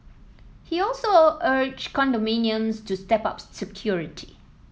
he also urged condominiums to step up security